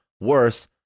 worse